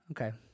Okay